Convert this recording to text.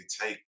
take